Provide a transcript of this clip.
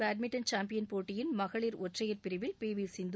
badminton champion போட்டியில் மகளிர் ஒற்றையர் பிரிவில் பி வி சிந்து